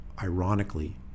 ironically